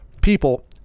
people